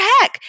heck